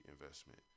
investment